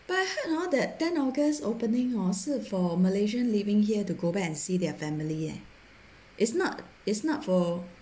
but I heard hor that ten august opening hor 是 for malaysian living here to go back and see their family eh is not it's not for